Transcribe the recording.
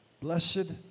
Blessed